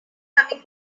coming